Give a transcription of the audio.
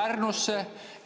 Pärnusse.